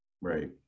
Right